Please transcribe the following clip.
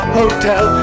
hotel